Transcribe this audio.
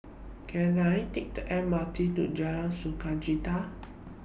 Can I Take The M R T to Jalan Sukachita